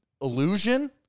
illusion